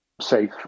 safe